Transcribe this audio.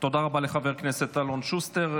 תודה רבה לחבר הכנסת אלון שוסטר.